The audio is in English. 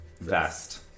Vest